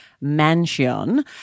mansion